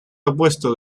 opuesto